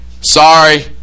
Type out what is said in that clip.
Sorry